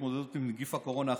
להתמודדות עם נגיף הקורונה החדש.